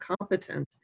competent